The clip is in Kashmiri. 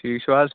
ٹھیٖک چھِو حظ